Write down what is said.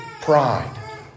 pride